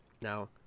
Now